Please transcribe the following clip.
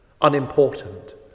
unimportant